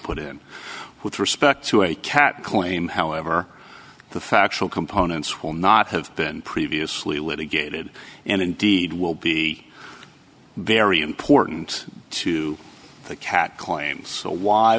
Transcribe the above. put in with respect to a cat claim however the factual components will not have been previously litigated and indeed will be very important to the cat claims so why